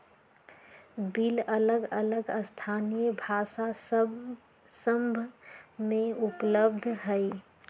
bill अलग अलग स्थानीय भाषा सभ में उपलब्ध हइ